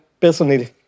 personally